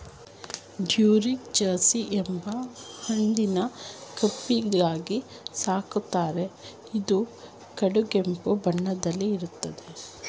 Duroc Jersey ಎಂಬ ಹಂದಿನ ಕೊಬ್ಬಿಗಾಗಿ ಸಾಕ್ತಾರೆ ಇದು ಕಡುಗೆಂಪು ಬಣ್ಣದಲ್ಲಿ ಇರ್ತದೆ